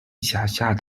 辖下